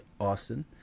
austin